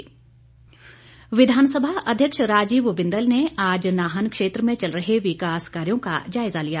बिंदल विधानसभा अध्यक्ष राजीव बिंदल ने आज नाहन क्षेत्र में चल रहे विकास कार्यों का जायज़ा लिया